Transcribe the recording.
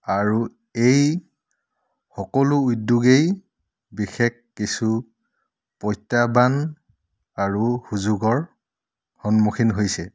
আৰু এই সকলো উদ্যোগেই বিশেষ কিছু প্ৰত্যাহ্বান আৰু সুযোগৰ সন্মুখীন হৈছে